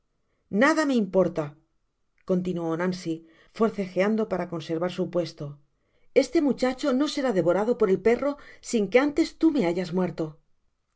nada me importa continuó nancy forcejando para conservar su puesto este muchacho no será devorado por el perro sin que antes tu me hayas muerto